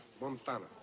Montana